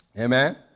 Amen